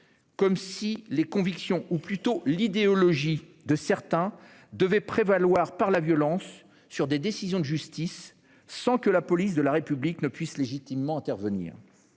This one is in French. comme si les convictions ou plutôt l'idéologie de certains devaient prévaloir, par la violence, sur des décisions de justice, sans que la police de la République puisse légitimement intervenir.